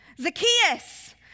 Zacchaeus